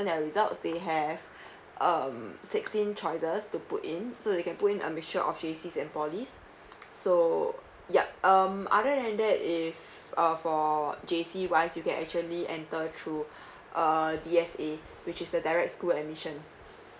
their results they have um sixteen choices to put in so they can put in a mixture of J_Cs and polys so yup um other than that if uh for J_C wise you can actually enter through err D_S_A which is the direct school admission